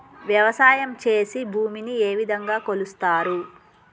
వ్యవసాయం చేసి భూమిని ఏ విధంగా కొలుస్తారు?